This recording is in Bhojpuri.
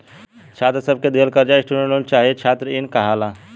छात्र सब के दिहल कर्जा स्टूडेंट लोन चाहे छात्र इन कहाला